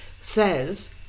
says